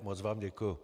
Moc vám děkuju.